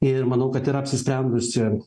ir manau kad yra apsisprendusi